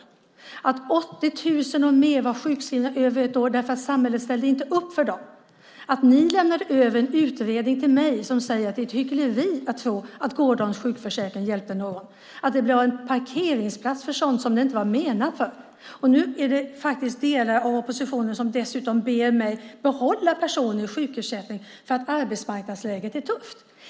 Mer än 80 000 personer var sjukskrivna över ett år därför att samhället inte ställde upp för dem. Ni lämnade över en utredning till mig där det sades att det är ett hyckleri att gårdagens sjukförsäkring hjälpte någon. Det blev en parkeringsplats för sådant som det inte var menat för. Nu ber dessutom delar av oppositionen mig att behålla personer i sjukersättning för att arbetsmarknadsläget är tufft.